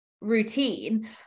routine